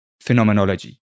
phenomenology